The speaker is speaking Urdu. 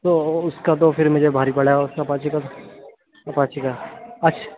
تو اُس کا تو پھر مجھے بھاری پڑے گا اُس اپاچی کا اپاچی کا اچھا